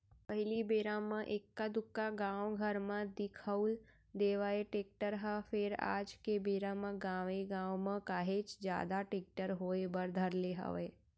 पहिली बेरा म एका दूका गाँव घर म दिखउल देवय टेक्टर ह फेर आज के बेरा म गाँवे गाँव म काहेच जादा टेक्टर होय बर धर ले हवय